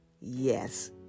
Yes